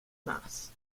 masse